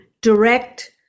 direct